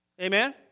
Amen